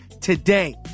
today